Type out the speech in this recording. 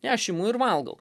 aš imu ir valgau